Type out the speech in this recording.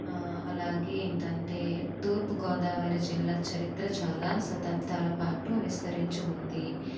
అలాగే ఏంటి అంటే తూర్పుగోదావరి జిల్లా చరిత్ర చాలా శతాబ్దాల పాటు విస్తరించి ఉంది